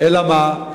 אלא מה?